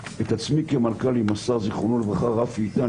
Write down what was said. את עצמי כמנכ"ל עם השר רפי איתן,